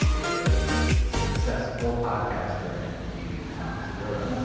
is successful podcaster and comedian, tom segura.